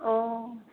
अ